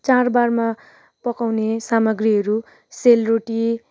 चाडबाडमा पकाउने सामाग्रीहरू सेलरोटी